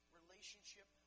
relationship